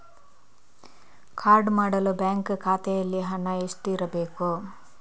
Card ಮಾಡಲು bank ಖಾತೆಯಲ್ಲಿ ಹಣ ಎಷ್ಟು ಇರಬೇಕು?